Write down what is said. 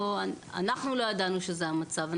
אנחנו לא ידענו שזה המצב.